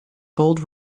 bold